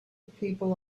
people